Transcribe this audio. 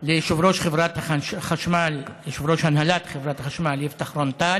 ליושב-ראש הנהלת חברת החשמל יפתח רון טל